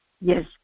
Yes